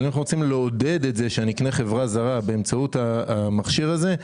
אנחנו רוצים לעודד את זה שאני אקנה חברה זרה באמצעות המכשיר הזה.